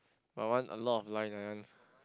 my one a lot of line my one